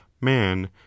man